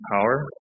power